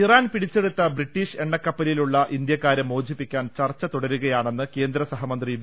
Iran പിടിച്ചെടുത്ത British എണ്ണക്കപ്പലിലുള്ള ഇന്ത്യ ക്കാരെ മോചിപ്പിക്കാൻ ചർച്ച തുടരുകയാണെന്ന് കേന്ദ്രസഹമന്ത്രി വി